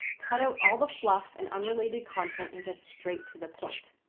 cut out all the fluff and unrelated content and get straight to the point.